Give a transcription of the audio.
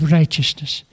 righteousness